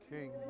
King